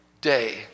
day